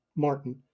Martin